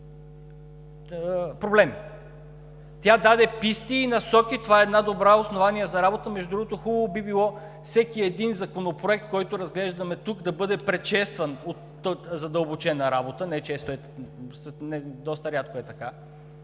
тя даде писти и насоки. Това е едно добро основание за работа. Между другото, хубаво би било всеки един законопроект, който разглеждаме тук, да бъде предшестван от задълбочена работа – не често, доста рядко е така,